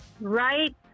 Right